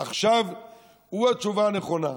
עכשיו הוא התשובה הנכונה.